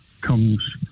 comes